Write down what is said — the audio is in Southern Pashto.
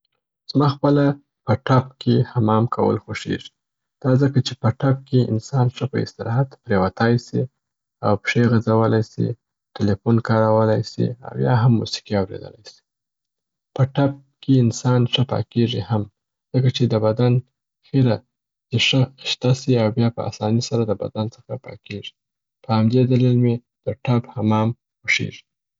زما خپله په ټب کي حمام کول خوښیږي. دا ځکه چې په ټب کي انسان ښه په استراحت پریوتای سي او پښې غځولای سي، ټلیفون کارولای سي او یا هم موسیقي اوریدلای سي. په ټب کي انسان ښه پاکیږي هم ځکه چي د بدن خیره دي ښه خیشته سي او بیا په اسناني سره د بدن څخه پاکیږي. په همدې دلیل مي د ټب حمام خوښیږي.